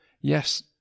yes